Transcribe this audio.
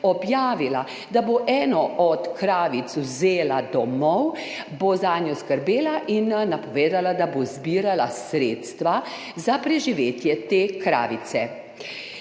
objavila, da bo eno od kravic vzela domov, bo zanjo skrbela, in napovedala, da bo zbirala sredstva za preživetje te kravice.